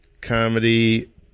comedy